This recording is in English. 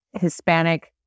Hispanic